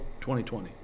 2020